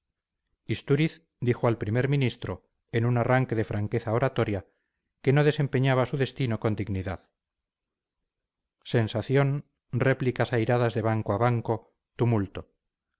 istúriz dijo al primer ministro en un arranque de franqueza oratoria que no desempeñaba su destino con dignidad sensación réplicas airadas de banco a banco tumulto